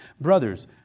Brothers